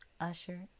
Usher